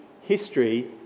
history